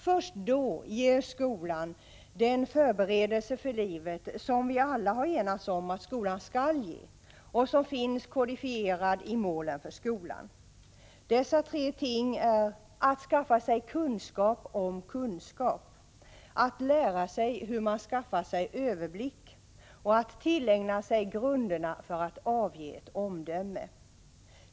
Först då ger skolan den förberedelse för livet som vi alla har enats om att skolan skall ge och som finns kodifierad i målen för skolan. Dessa tre ting är — att skaffa sig kunskap om kunskap, — att lära sig hur man skaffar sig överblick och — att tillägna sig grunderna för att avge ett omdöme.